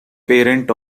parent